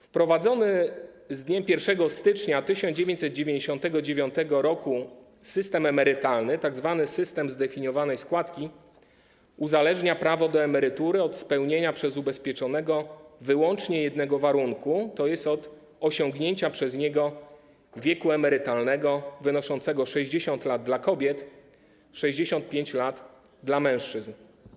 Wprowadzony z dniem 1 stycznia 1999 r. system emerytalny, tzw. system zdefiniowanej składki, uzależnia prawo do emerytury od spełnienia przez ubezpieczonego wyłącznie jednego warunku, tj. od osiągnięcia przez niego wieku emerytalnego wynoszącego 60 lat dla kobiet i 65 lat dla mężczyzn.